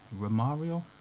Romario